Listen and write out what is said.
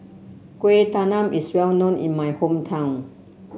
Kuih Talam is well known in my hometown